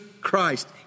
Christ